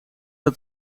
dat